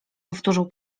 powtórzył